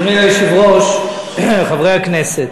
אדוני היושב-ראש, חברי הכנסת,